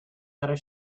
outer